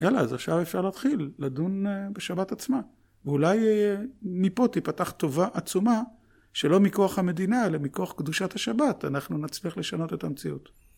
י‫אללה אז עכשיו אפשר להתחיל ‫לדון בשבת עצמה. ‫ואולי מפה תפתח טובה עצומה ‫שלא מכוח המדינה, ‫אלא מכוח קדושת השבת, ‫אנחנו נצליח לשנות את המציאות.